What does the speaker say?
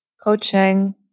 coaching